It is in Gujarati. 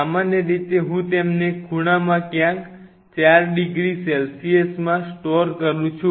સામાન્ય રીતે હું તેમને ખૂણામાં ક્યાંક 4 °C માં સ્ટોર કરું છુ